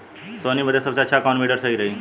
सोहनी बदे सबसे अच्छा कौन वीडर सही रही?